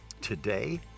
today